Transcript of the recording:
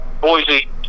Boise